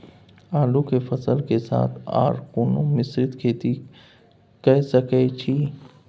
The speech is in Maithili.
आलू के फसल के साथ आर कोनो मिश्रित खेती के सकैछि?